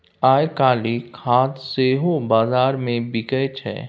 आयकाल्हि खाद सेहो बजारमे बिकय छै